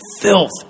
filth